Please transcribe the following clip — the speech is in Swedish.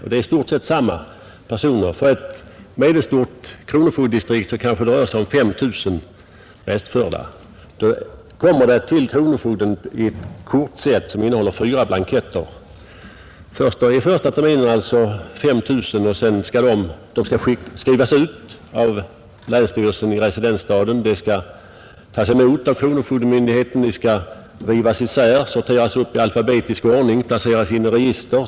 I stort sett är det samma personer det gäller — för ett medelstort kronofogdedistrikt kan det röra sig om 5 000 restförda. För var och en av dessa skriver länsstyrelsen i residensstaden ut ett kortset som innehåller fyra blanketter. De skall tas emot av kronofogdemyndigheten, rivas isär, sorteras upp i alfabetisk ordning och placeras in i register.